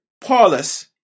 Paulus